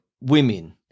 women